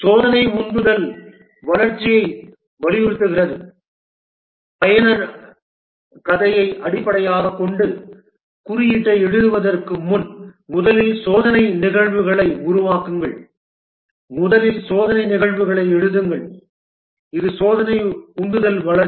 சோதனை உந்துதல் வளர்ச்சியை வலியுறுத்துகிறது பயனர் கதையை அடிப்படையாகக் கொண்டு குறியீட்டை எழுதுவதற்கு முன் முதலில் சோதனை நிகழ்வுகளை உருவாக்குங்கள் முதலில் சோதனை நிகழ்வுகளை எழுதுங்கள் இது சோதனை உந்துதல் வளர்ச்சி